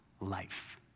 life